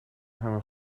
همه